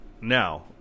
Now